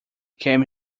came